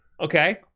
Okay